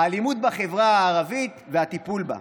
האלימות בחברה הערבית והטיפול בה.